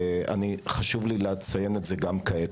וחשוב לי לציין זאת גם כעת.